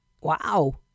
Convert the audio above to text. wow